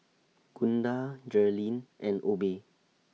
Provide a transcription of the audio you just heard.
Gunda Jerilynn and Obe